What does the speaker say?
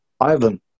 Ivan